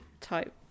type